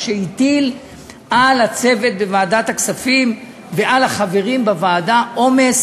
מה שהטיל על הצוות בוועדת הכספים ועל החברים בוועדה עומס